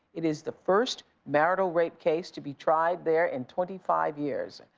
it is the first marital rape case to be tried there in twenty five years.